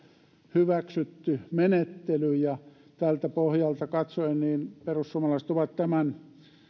hyväksytty menettely ja tältä pohjalta katsoen perussuomalaiset ovat tämän